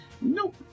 Nope